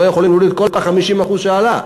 לא יכולים להוריד את כל ה-50% של העלייה,